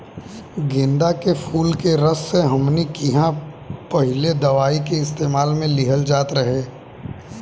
गेन्दा के फुल के रस से हमनी किहां पहिले दवाई के इस्तेमाल मे भी लिहल जात रहे